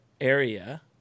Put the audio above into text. area